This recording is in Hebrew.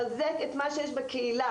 לחזק את מה שיש בקהילה.